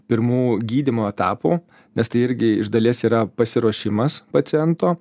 pirmų gydymo etapų nes tai irgi iš dalies yra pasiruošimas paciento